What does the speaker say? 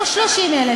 לא 30,000,